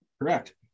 correct